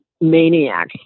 maniacs